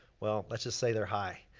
well, let's just say they're high.